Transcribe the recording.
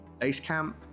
Basecamp